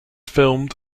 filmed